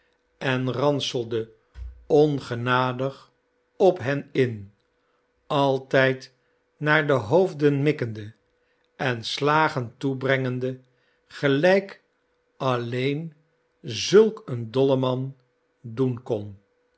en ranselde ongenadig op hen in altijd naar de hoofden mikkende en slagen toebrengende gelijk alleen zulk een dolleman doen kon